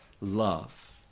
love